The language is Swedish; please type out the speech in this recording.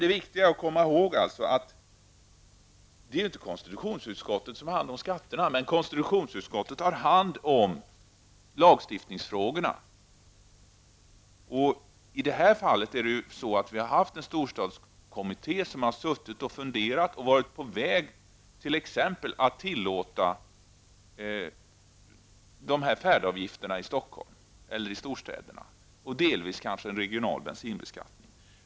Det är viktigt att komma ihåg att det inte är konstitutionsutskottet som har hand om skatterna, utan konstitutionsutskottet har hand om lagstiftningsfrågorna. I det här fallet har vi haft en storstadskommitté, som har suttit och funderat och varit på väg att t.ex. tillåta färdavgifter i storstäderna och delvis en regional bensinbeskattning.